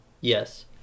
yes